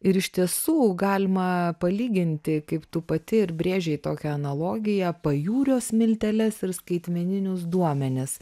ir iš tiesų galima palyginti kaip tu pati ir brėžei tokią analogiją pajūrio smilteles ir skaitmeninius duomenis